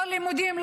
לא לימודים,